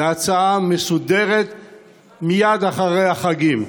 להצעה מסודרת מייד אחרי החגים,